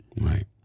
Right